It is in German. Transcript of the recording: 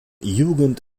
jugend